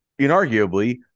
inarguably